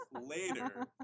later